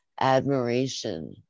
admiration